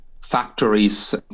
factories